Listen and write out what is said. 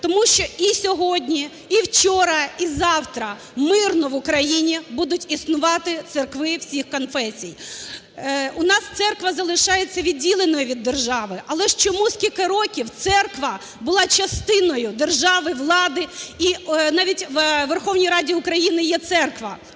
Тому що і сьогодні, і вчора, і завтра мирно в Україні будуть існувати церкви всіх конфесій. У нас церква залишається відділеною від держави. Але ж чому скільки років церква була частиною держави, влади? І навіть в Верховній Раді України є церква